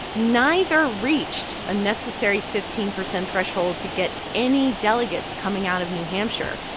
neither reached a necessary fifteen percent threshold to get any delegates coming out of new hampshire.